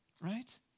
right